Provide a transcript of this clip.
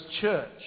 church